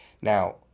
Now